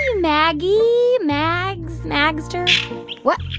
maggie, mags, magster what?